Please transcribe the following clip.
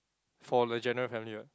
for the general family [what]